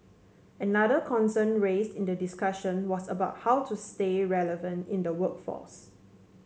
another concern raised in the discussion was about how to stay relevant in the workforce